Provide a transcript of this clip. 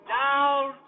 down